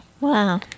wow